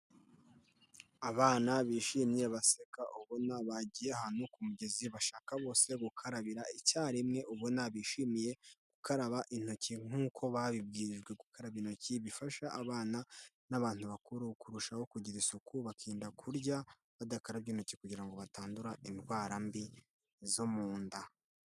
Abana bishimye baseka ubona bagiye ahantu ku mugezi, bashaka bose gukarabira icyarimwe, ubona bishimiye gukaraba intoki nk'uko babibwirijwe gukaraba intoki bifasha abana n'abantu bakuru kurushaho kugira isuku, bakirinda kurya badakarabye intoki kugira ngo batandura indwara mbi zo mu nda.